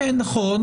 נכון,